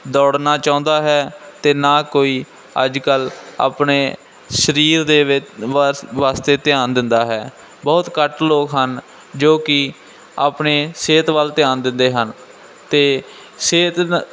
ਦੌੜਨਾ ਚਾਹੁੰਦਾ ਹੈ ਅਤੇ ਨਾ ਕੋਈ ਅੱਜ ਕੱਲ੍ਹ ਆਪਣੇ ਸਰੀਰ ਦੇ ਵਿਚ ਵਾਸ ਵਾਸਤੇ ਧਿਆਨ ਦਿੰਦਾ ਹੈ ਬਹੁਤ ਘੱਟ ਲੋਕ ਹਨ ਜੋ ਕਿ ਆਪਣੇ ਸਿਹਤ ਵੱਲ ਧਿਆਨ ਦਿੰਦੇ ਹਨ ਅਤੇ ਸਿਹਤ ਨਾ